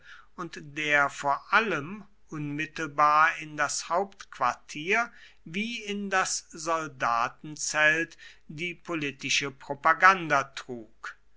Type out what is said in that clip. und der vor allem unmittelbar in das hauptquartier wie in das soldatenzelt die politische propaganda trug